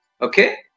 Okay